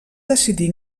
decidir